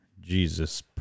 Jesus